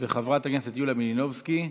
חברת הכנסת יוליה מלינובסקי,